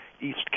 East